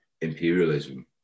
imperialism